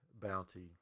bounty